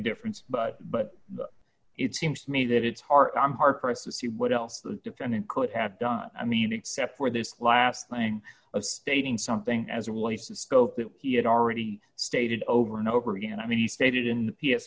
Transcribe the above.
difference but but it seems to me that it's hard i'm hard pressed to see what else the defendant could have done i mean except for this last thing a stating something as it relates to scope that he had already stated over and over again i mean he stated in